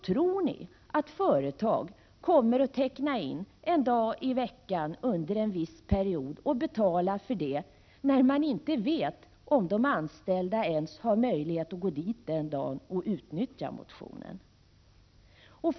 Tror ni att företag kommer att teckna avtal för en dag i veckan under en viss period och betala för det, när man inte vet om de anställda ens har möjlighet att gå dit den dagen och utnyttja motionen?